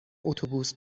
اتوبوس